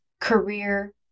career